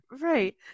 Right